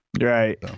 Right